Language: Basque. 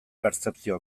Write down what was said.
pertzepzio